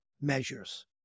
measures